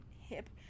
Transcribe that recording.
hip